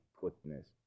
goodness